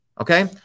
okay